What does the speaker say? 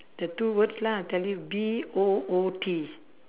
the two words lah tell you B O O T